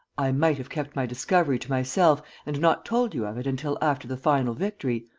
i might have kept my discovery to myself, and not told you of it until after the final victory,